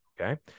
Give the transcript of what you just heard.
Okay